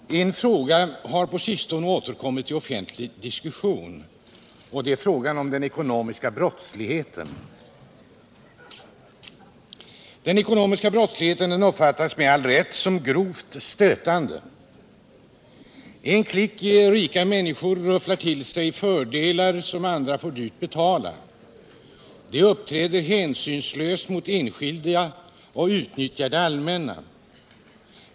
Herr talman! En fråga har på sistone återkommit i offentlig diskussion. Det är frågan om den ekonomiska brottsligheten. Den ekonomiska brottsligheten uppfattas med all rätt som grovt stötande. En klick rika människor rufflar till sig fördelar, som andra får dyrt betala. De uppträder hänsynslöst mot enskilda och utnyttjar det allmänna.